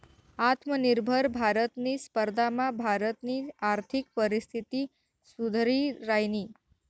आत्मनिर्भर भारतनी स्पर्धामा भारतनी आर्थिक परिस्थिती सुधरि रायनी